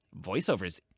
Voiceovers